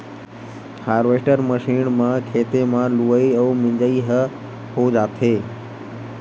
harvester machine म खेते म लुवई अउ मिजई ह हो जाथे